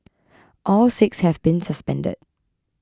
all six have been suspended